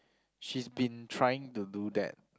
she's been trying to do that